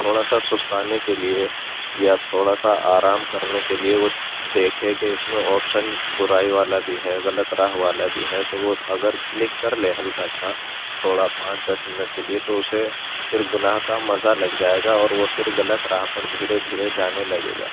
تھوڑا سا سستانے کے لیے یا تھوڑا سا آرام کرنے کے لیے وہ دیکھے کہ اس میں آپشن برائی والا بھی ہے غلط راہ والا بھی ہے تو وہ اگر کلک کر لے ہلکا سا تھوڑا پانچ دس منٹ کے لیے تو اسے پھر گناہ کا مزہ لگ جائے گا اور وہ پھر غلط راہ پر دھیرے دھیرے جانے لگے گا